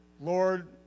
Lord